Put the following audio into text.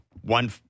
one